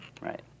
Right